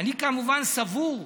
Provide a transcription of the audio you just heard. אני כמובן סבור,